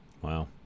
Wow